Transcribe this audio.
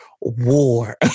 war